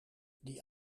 die